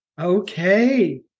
Okay